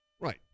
right